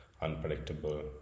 unpredictable